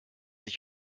ich